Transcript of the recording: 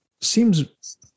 seems